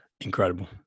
incredible